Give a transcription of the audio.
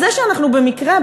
אז זה שאנחנו במקרה,